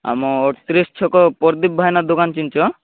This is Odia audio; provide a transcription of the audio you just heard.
ଆମ ଅଠତିରିଶ ଛକ ପ୍ରଦୀପ ଭାଇନା ଦୋକାନ ଚିହ୍ନିଛ